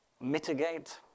mitigate